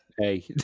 Hey